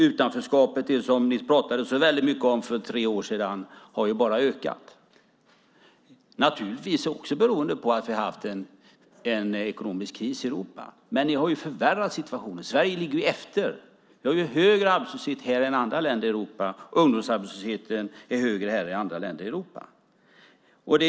Utanförskapet som ni pratade så väldigt mycket om för tre år sedan har bara ökat, naturligtvis också beroende på att vi har haft en ekonomisk kris i Europa, men ni har ju förvärrat situationen. Sverige ligger efter. Ungdomsarbetslösheten är högre här än i andra länder i Europa.